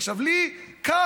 עכשיו, לי קל,